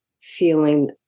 feeling